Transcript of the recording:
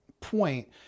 point